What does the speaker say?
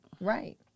Right